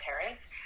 parents